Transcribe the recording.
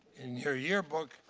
in your yearbook,